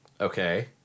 Okay